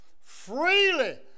freely